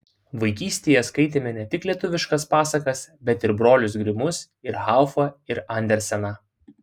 vaikystėje skaitėme ne tik lietuviškas pasakas bet ir brolius grimus ir haufą ir anderseną